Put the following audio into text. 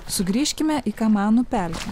sugrįžkime į kamanų pelkę